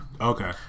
Okay